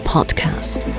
Podcast